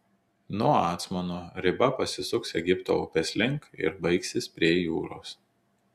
nuo acmono riba pasisuks egipto upės link ir baigsis prie jūros